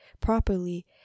properly